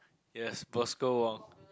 yes Bosco-Wong